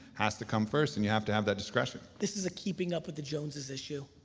has to come first and you have to have that discretion. this is a keeping up with the joneses issue.